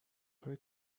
های